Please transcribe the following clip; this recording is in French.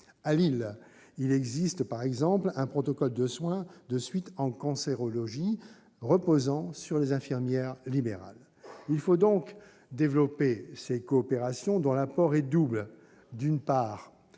À Lille, par exemple, il existe un protocole de soins de suite en cancérologie reposant sur les infirmières libérales. Il faut donc développer ces coopérations dont l'apport est double. D'une part,